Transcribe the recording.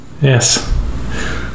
Yes